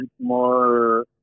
more